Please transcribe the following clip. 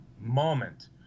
moment